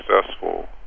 successful